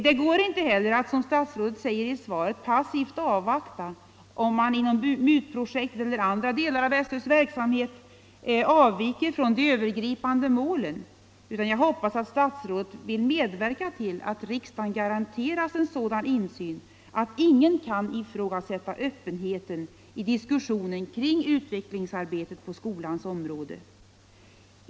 Det går inte heller, som statsrådet säger i svaret, att passivt avvakta om man inom MUT-projektet eller andra delar av SÖ:s verksamhet avviker från de övergripande målen. Jag hoppas att statsrådet vill medverka till att riksdagen garanteras en sådan insyn att ingen kan ifrågasätta öppenheten i diskussionen kring utvecklingsarbetet på skolans område.